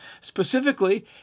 Specifically